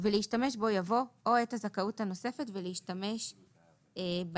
יבוא "או את הזכאות הנוספת ולהשתמש בהם".